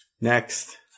Next